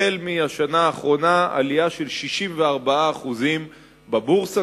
החל מהשנה האחרונה עלייה של 64% בבורסה.